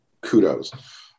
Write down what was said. kudos